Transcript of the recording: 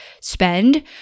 spend